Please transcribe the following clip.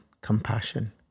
compassion